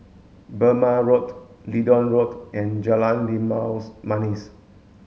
Burmah Road Leedon Road and Jalan Limau Manis